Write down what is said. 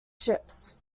ships